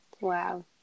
Wow